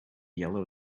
yellow